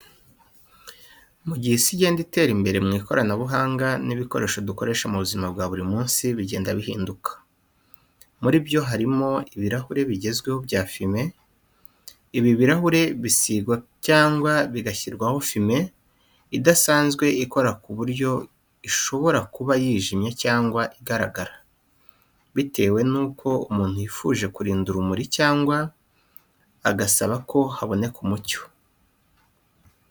Mu gihe isi igenda itera imbere mu ikoranabuhanga n’ibikoresho dukoresha mu buzima bwa buri munsi bigenda bihinduka. Muri byo harimo ibirahure bigezweho bya fime. Ibi birahure bisigwa cyangwa bigashyirwaho fime idasanzwe ikora ku buryo ishobora kuba yijimye cyangwa igaragara, bitewe n’uko umuntu yifuje kurinda urumuri cyangwa agasaba ko haboneka umucyo.